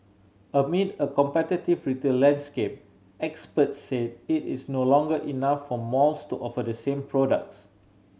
amid a competitive retail landscape experts said it is no longer enough for malls to offer the same products